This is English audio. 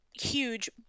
huge